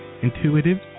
intuitive